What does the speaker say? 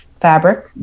fabric